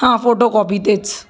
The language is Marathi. हां फोटोकॉपी तेच